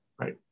Right